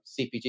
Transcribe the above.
CPG